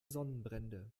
sonnenbrände